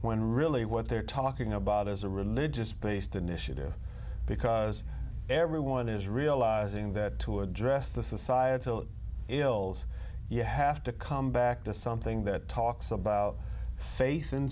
when really what they're talking about as a religious based initiative because everyone is realizing that to address the societal ills you have to come back to something that talks about fa